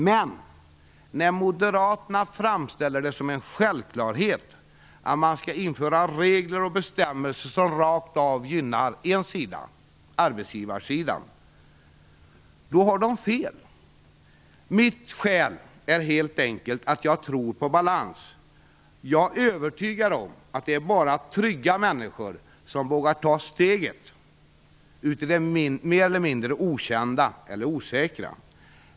Men när moderaterna framställer det som en självklarhet att man skall införa regler och bestämmelser som rakt av gynnar en sida, arbetsgivarsidan, har de fel. Mitt skäl är helt enkelt att jag tror på balans. Jag är övertygad om att det bara är trygga människor som vågar ta steget ut i det mer eller mindre okända eller osäkra.